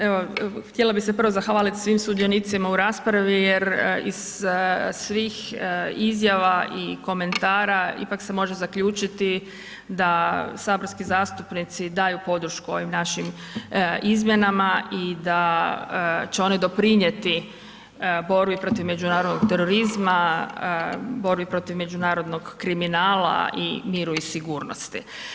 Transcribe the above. Evo, htjela bih se prvo zahvaliti svim sudionicima u raspravi jer iz svih izjava i komentara ipak se može zaključiti da saborski zastupnici daju podršku ovim našim izmjenama i da će one doprinijeti borbi protiv međunarodnog terorizma, borbi protiv međunarodnog kriminala i miru i sigurnosti.